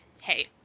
hey